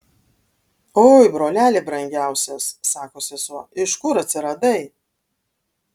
oi broleli brangiausias sako sesuo iš kur atsiradai